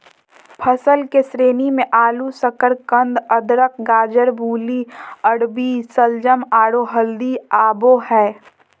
फसल के श्रेणी मे आलू, शकरकंद, अदरक, गाजर, मूली, अरबी, शलजम, आरो हल्दी आबो हय